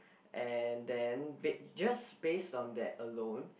and then they just based on that alone